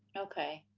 okay.